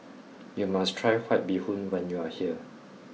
you must try White Bee Hoon when you are here